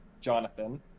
jonathan